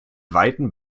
weiten